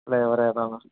flavour ഏതാണ്